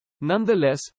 Nonetheless